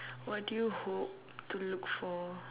what do you hope to look for